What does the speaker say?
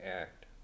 act